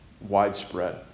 widespread